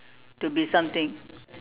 to be something